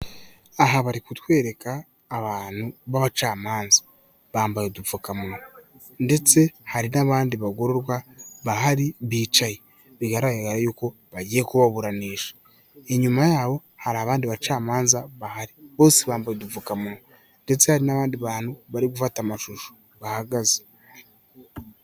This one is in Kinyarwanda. Aha bari kutwereka abantu b'abacamanza, bambaye udupfukamunwa ndetse hari n'abandi bagororwa bahari bicaye bigaraga yuko bagiye kubaburanisha. Inyuma yabo hari abandi bacamanza bahari, bose bambaye udupfukamunwa ndetse hari n'abandi bantu bari gufata amashusho bahagaze.